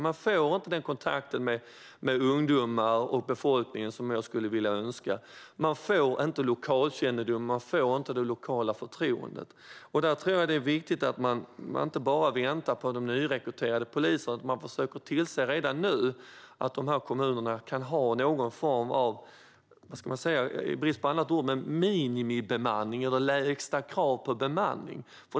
Man får inte den kontakt med ungdomar och övrig befolkning som jag önskar. Man får inte lokalkännedom eller det lokala förtroendet. Jag tror att det är viktigt att man inte bara väntar på de nyrekryterade poliserna utan försöker tillse redan nu att dessa kommuner har någon form av minimibemanning eller lägsta krav på bemanning.